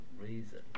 reason